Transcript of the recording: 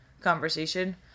conversation